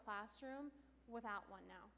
classroom without one now